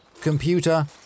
computer